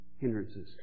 hindrances